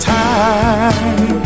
time